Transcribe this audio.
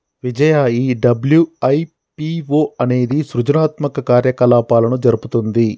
విజయ ఈ డబ్ల్యు.ఐ.పి.ఓ అనేది సృజనాత్మక కార్యకలాపాలను జరుపుతుంది